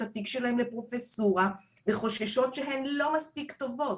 התיק שלהן לפרופסורה וחוששות שהן לא מספיק טובות.